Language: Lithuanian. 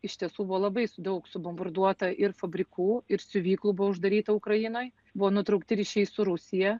iš tiesų buvo labai su daug subombarduota ir fabrikų ir siuvyklų buvo uždaryta ukrainoj buvo nutraukti ryšiai su rusija